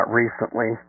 recently